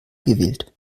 gewählt